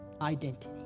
identity